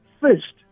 first